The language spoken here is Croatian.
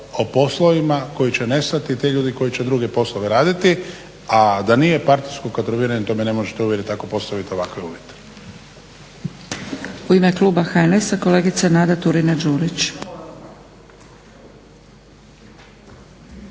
o poslovima koji će nestati i ti ljudi koji će druge poslove raditi a da nije partijsko kotroviranje to mi ne možete uvjeriti ako postavite ovakve uvjete.